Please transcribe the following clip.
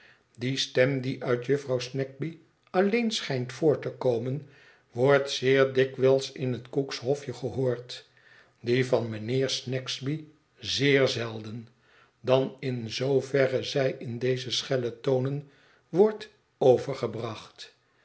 die stem die uit jufvrouw snagsby alleen schijnt voort te komen wordt zeer dikwijls in het cook's hofje gehoord die van mijnheer snagsby zeer zelden dan in zooverre zij in deze schelle tonen wordt overgebracht